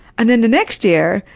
and then the next year,